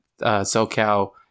SoCal